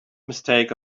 mistake